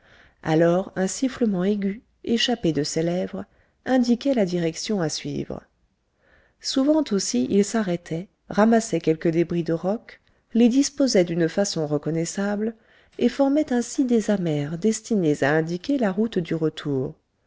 alors un sifflement aigu échappé de ses lèvres indiquait la direction à suivre souvent aussi il s'arrêtait ramassait quelques débris de rocs les disposait d'une façon reconnaissable et formait ainsi des amers destinés à indiquer la route du retour